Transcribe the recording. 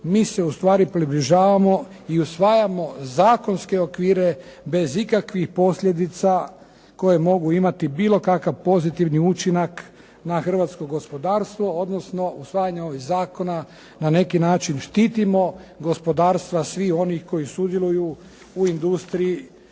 mi se ustvari približavamo i usvajamo zakonske okvire bez ikakvih posljedica koje mogu imati bilo kakav pozitivni učinak na hrvatsko gospodarstvo odnosno usvajanjem ovih zakona na neki način štitimo gospodarstva svih onih koji sudjeluju u industriji